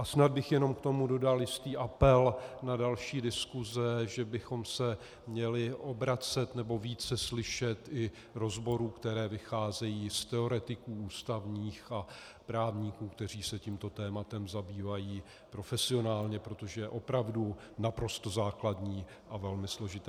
Snad bych jenom k tomu dodal jistý apel na další diskuse, že bychom se měli obracet, nebo více slyšet i rozbory, které vycházejí z teoretiků ústavních a právníků, kteří se tímto tématem zabývají profesionálně, protože je to opravdu naprosto základní a velmi složité.